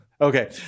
Okay